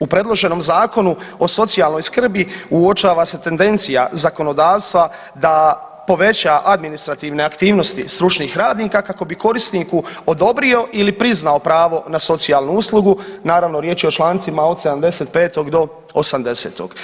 U predloženom Zakonu o socijalnoj skrbi uočava se tendencija zakonodavstva da poveća administrativne aktivnosti stručnih radnika kako bi korisniku odobrio ili priznao pravo na socijalnu uslugu, naravno riječ je o člancima od 75. do 80.